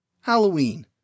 Halloween